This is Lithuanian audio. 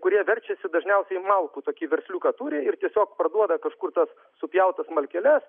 kurie verčiasi dažniausiai malkų tokį versliuką turi ir tiesiog parduoda kažkur tas supjautas malkeles